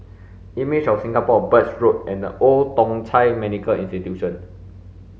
Images of Singapore Birch Road and The Old Thong Chai Medical Institution